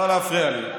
לא להפריע לי.